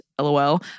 LOL